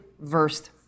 Versed